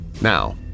Now